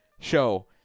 show